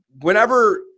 whenever